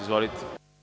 Izvolite.